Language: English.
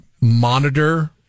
monitor